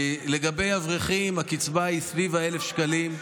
לגבי אברכים, הקצבה היא סביב ה-1,000 שקלים.